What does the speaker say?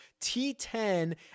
T10